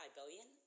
billion